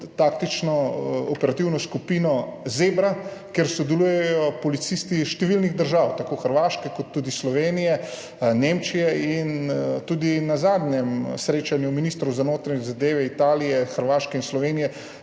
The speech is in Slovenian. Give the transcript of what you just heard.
taktično-operativno skupino Zebra, kjer sodelujejo policisti iz številnih držav, tako Hrvaške kot tudi Slovenije, Nemčije. Na zadnjem srečanju ministrov za notranje zadeve Italije, Hrvaške in Slovenije